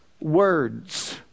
words